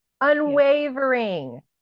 unwavering